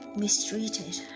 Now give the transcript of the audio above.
mistreated